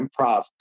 improv